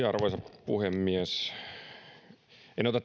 arvoisa puhemies en ota